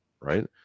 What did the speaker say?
Right